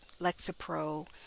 Lexapro